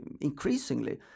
increasingly